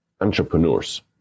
entrepreneurs